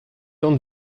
temps